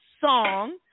song